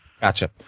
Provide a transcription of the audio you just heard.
Gotcha